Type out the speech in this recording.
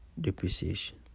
depreciation